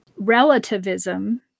Relativism